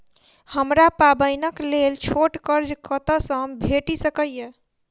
हमरा पाबैनक लेल छोट कर्ज कतऽ सँ भेटि सकैये?